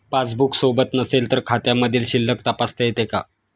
Passbook सोबत नसेल तर खात्यामधील शिल्लक तपासता येते का?